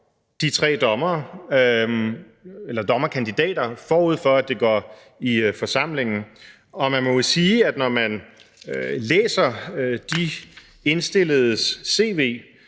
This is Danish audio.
de tre dommerkandidater, forud for at det går i forsamlingen. Og man må vel sige, at når man læser de indstilledes